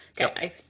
Okay